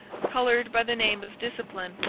colored by the name of discipline,